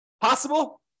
Possible